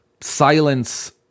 silence